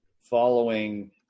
following